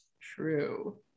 True